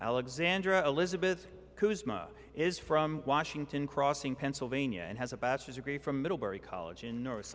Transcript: alexandra elizabeth is from washington crossing pennsylvania and has a bachelor's degree from middlebury college in north